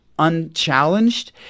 unchallenged